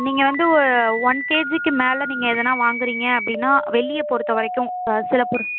நீங்கள் வந்து ஒன் கேஜிக்கு மேல் நீங்கள் எதனா வாங்குகிறீங்க அப்படின்னா வெள்ளியை பொறுத்த வரைக்கும் சில பொருள்